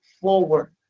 forward